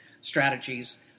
strategies